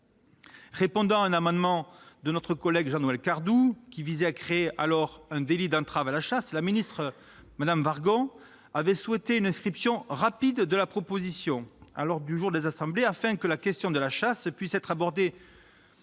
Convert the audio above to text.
répondant à un amendement de notre collègue Jean-Noël Cardoux, qui tendait à créer un délit d'entrave à la chasse, la secrétaire d'État Emmanuelle Wargon avait souhaité une inscription rapide de la proposition de loi à l'ordre du jour des assemblées, afin que la question de la chasse puisse être abordée